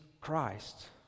Christ